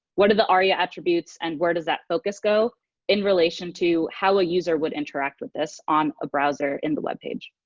what are the aria attributes, and where does that focus go in relation to how a user would interact with this on a browser in the web page?